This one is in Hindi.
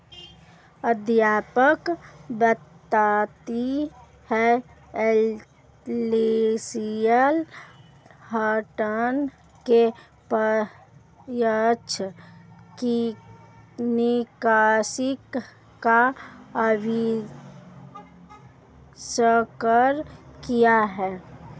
अध्यापिका बताती हैं एलेसटेयर हटंन ने प्रत्यक्ष निकासी का अविष्कार किया